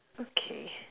okay